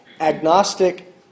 agnostic